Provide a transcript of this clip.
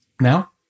Now